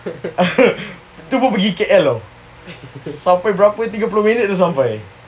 tu pun pergi K_L [tau] sampai berapa tiga puluh minit dah sampai